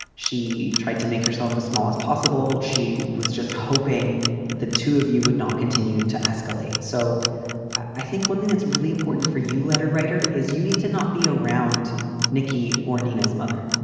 she tried to make herself as small as possible. she was just hoping that the two of you would not continue to escalate. so i think one thing that's really important for you, letter writer, is you need to not be around nikki or nina's mother.